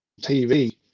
TV